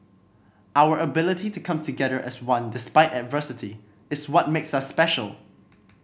our ability to come together as one despite adversity is what makes us special